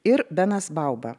ir benas bauba